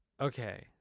Okay